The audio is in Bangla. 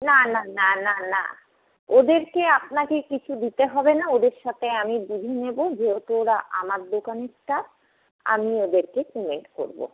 না না না না না ওদেরকে আপনাকে কিছু দিতে হবে না ওদের সাথে আমি বুঝে নেব যেহেতু ওরা আমার দোকানের স্টাফ আমি ওদেরকে পেমেন্ট করবো